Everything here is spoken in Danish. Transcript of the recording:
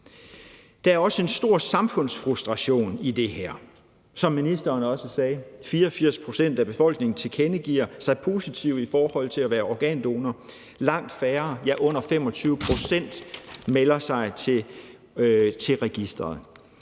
Der er også en stor samfundsfrustration i det her. Som ministeren også sagde, tilkendegiver 84 pct. af befolkningen, at de er positive i forhold til at være organdonorer, men langt færre, ja, under 25 pct., melder sig til registeret.